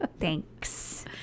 Thanks